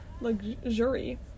Luxury